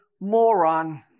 moron